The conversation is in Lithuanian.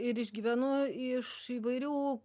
ir išgyvenu iš įvairių